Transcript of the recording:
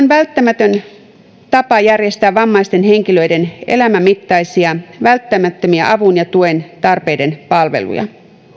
välttämätön tapa järjestää vammaisten henkilöiden elämän mittaisia välttämättömiä avun ja tuen tarpeiden palveluja